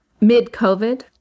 mid-COVID